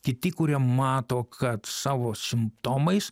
kiti kurie mato kad savo simptomais